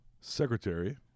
secretary